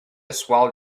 swell